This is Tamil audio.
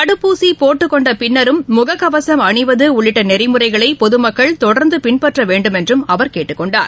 தடுப்பூசிபோட்டுக் கொண்டபின்னரும் முககவசம் அணிவதுஉள்ளிட்டநெறிமுறைகளைபொதுமக்கள் தொடர்ந்துபின்பற்றவேண்டுமென்றும் அவர் கேட்டுக் கொண்டார்